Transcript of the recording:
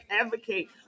advocate